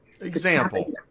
example